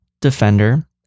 defender